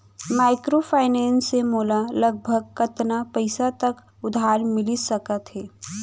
Microfinance से मोला लगभग कतना पइसा तक उधार मिलिस सकत हे?